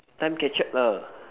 time captured lah